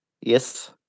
Yes